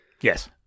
Yes